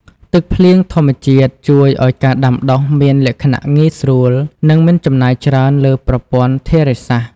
ទឹកភ្លៀងធម្មជាតិជួយឱ្យការដាំដុះមានលក្ខណៈងាយស្រួល និងមិនចំណាយច្រើនលើប្រព័ន្ធធារាសាស្ត្រ។